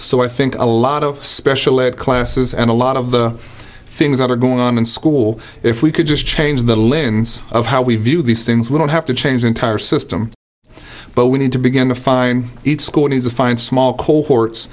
so i think a lot of special ed classes and a lot of the things that are going on in school if we could just change the lens of how we view these things we don't have to change the entire system but we need to begin to find each school and to find small cohorts